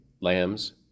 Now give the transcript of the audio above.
lambs